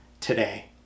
today